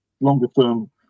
longer-term